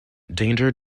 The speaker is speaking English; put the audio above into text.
danger